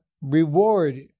reward